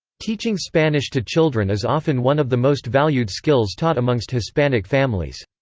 teaching spanish to children is often one of the most valued skills taught amongst hispanic families.